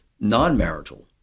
non-marital